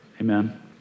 amen